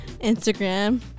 Instagram